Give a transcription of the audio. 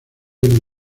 del